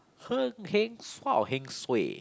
heng heng suay